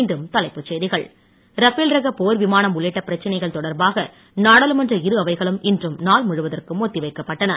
மீண்டும் தலைப்புச் செய்திகள் ரஃபேல் ரக போர் விமானம் உள்ளிட்ட பிரச்சனைகள் தொடர்பாக நாடாளுமன்ற இரு அவைகளும் இன்றும் நாள் முழுவதற்கும் ஒத்திவைக்கப்பட்டன